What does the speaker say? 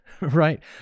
right